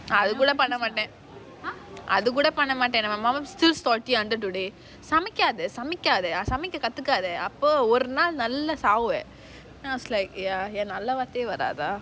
அது கூட பண்ண மாட்டான் அது கூட பண்ண மாட்டான்:athu kuda panna maataan athu kuda panna maataan my mother still salty until today சமைக்காத சமைக்காத சமைக்க கத்துக்காத ஒரு நாள் நல்ல சாவப்போற:samaikaatha samaikaatha samaika kathukaatha oru naal nallaa saavappora then I was like ya ஏன் நல்ல வார்த்தையே:yaen nalla varthaiyae